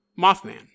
Mothman